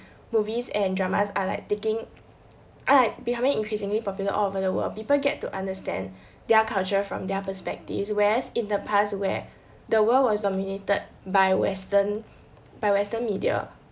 movies and dramas are like taking are like becoming increasingly popular all over the world people get to understand their culture from their perspectives whereas in the past where the world was dominated by western by western media